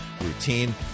routine